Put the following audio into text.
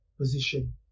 position